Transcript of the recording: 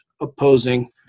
opposing